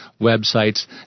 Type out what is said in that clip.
websites